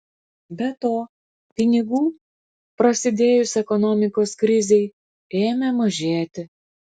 be to pinigų prasidėjus ekonomikos krizei ėmė mažėti